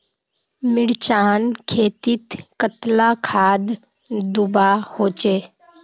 मिर्चान खेतीत कतला खाद दूबा होचे?